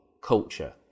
culture